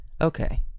okay